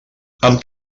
amb